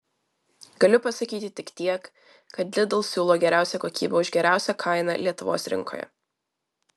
galiu pasakyti tik tiek kad lidl siūlo geriausią kokybę už geriausią kainą lietuvos rinkoje